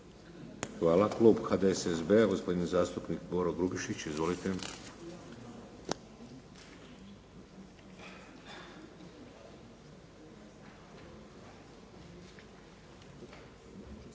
Hvala. Klub HDSSB-a, gospodin zastupnik Boro Grubišić. Izvolite.